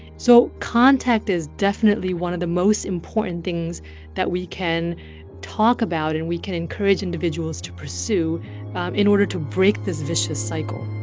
so contact is definitely one of the most important things that we can talk about and we can encourage individuals to pursue in order to break this vicious cycle